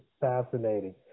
fascinating